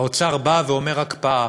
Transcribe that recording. האוצר אומר: הקפאה,